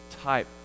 type